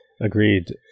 Agreed